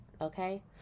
Okay